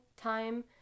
time